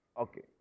Okay